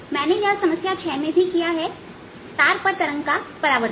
मैंने यह समस्या 6 में भी किया है तार पर तरंग का परावर्तन